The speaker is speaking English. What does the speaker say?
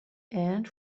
and